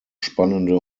spannende